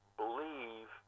believe